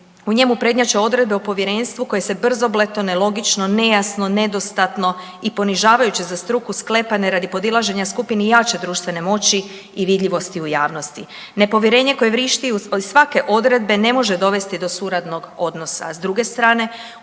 u njemu prednjače odredbe o povjerenstvu koje se brzopleto, nelogično, nejasno i nedostatno i ponižavajuće za struku sklepane radi podilaženja skupini jače društvene moći i vidljivosti u javnosti. Nepovjerenje koje vrišti iz svake odredbe ne može dovesti do suradnog odnosa.